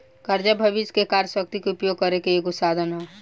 कर्जा भविष्य के कार्य शक्ति के उपयोग करे के एगो साधन ह